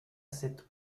cette